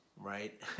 Right